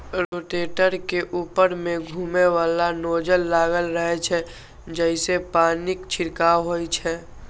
rotator के ऊपर मे घुमैबला नोजल लागल रहै छै, जइसे पानिक छिड़काव होइ छै